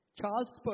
Charles